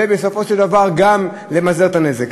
ובסופו של דבר גם למזער את הנזק.